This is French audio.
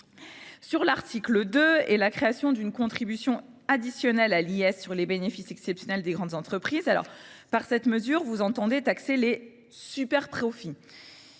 l’article 2 et la création d’une contribution additionnelle à l’IS sur les bénéfices exceptionnels des grandes entreprises, cette mesure est inattaquable : vous entendez taxer les « superprofits